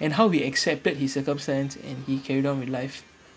and how he accepted his circumstance and he carried on with life